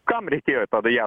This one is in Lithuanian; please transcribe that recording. kam reikėjo tada ją